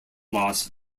loss